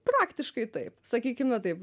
praktiškai taip sakykime taip